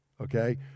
Okay